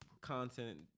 content